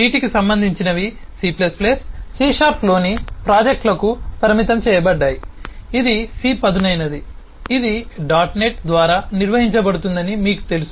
వీటికి సంబంధించినవి C C షార్ప్లోనిC c sharp ప్రాజెక్టులకు పరిమితం చేయబడ్డాయి ఇది C పదునైనది ఇది డాట్ నెట్ ద్వారా నిర్వహించబడుతుందని మీకు తెలుసు